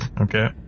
Okay